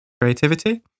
creativity